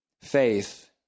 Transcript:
Faith